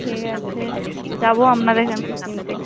ঠিক আছে যাবো আপনাদের ওখানকে কিনতে